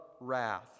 wrath